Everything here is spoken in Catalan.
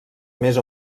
més